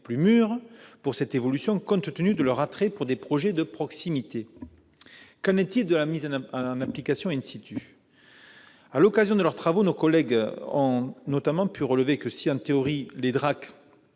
plus mûres pour cette évolution, compte tenu de leur attrait pour des projets de proximité ». Qu'en est-il de la mise en application ? À l'occasion de leurs travaux, nos collègues ont notamment pu relever que, si les DRAC